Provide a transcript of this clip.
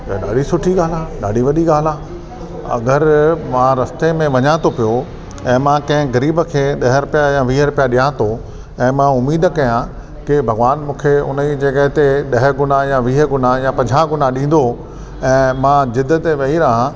इहा ॾाढी सुठी ॻाल्हि आहे ॾाढी वॾी ॻाल्हि आहे अगरि मां रस्ते में वञा थो पियो ऐं मां कंहिं ग़रीब खे ॾह रुपिया या वीह रुपिया ॾियां थो ऐं मां उमेद कयां कि भॻवानु मूंखे उन जी जॻह ते ॾह गुना या वीह गुना या पंजाहु गुना ॾींदो ऐं मां ज़िद ते वेही रहां